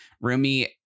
rumi